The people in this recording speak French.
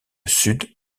sud